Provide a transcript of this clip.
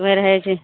कोइ रहय छै